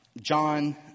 John